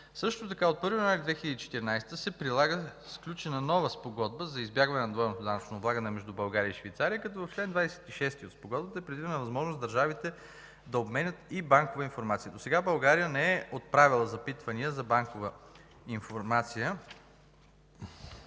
Също така от 1 януари 2014 г. се прилага сключена нова Спогодба за избягване на двойното данъчно облагане между България и Швейцария, като в чл. 26 от Спогодбата е предвидена възможност държавите да обменят и банкова информация. Досега България не е отправяла запитвания за банкова информация